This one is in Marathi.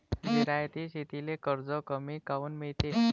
जिरायती शेतीले कर्ज कमी काऊन मिळते?